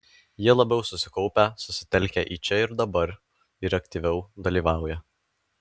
jie labiau susikaupę susitelkę į čia ir dabar ir aktyviau dalyvauja